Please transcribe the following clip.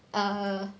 err